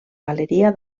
galeria